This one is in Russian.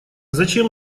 зачем